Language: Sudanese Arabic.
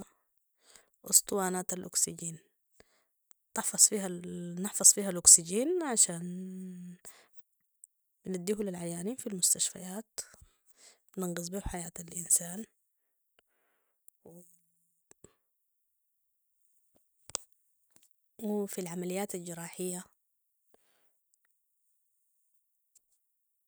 أسطوانات الأكسجين تحفظ فيها- نحفظ فيها الأكسجين عشان نديه للعيانين في المستشفيات ننقذ بيو حياة الإنسان و وفي العمليات الجراحية